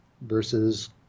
versus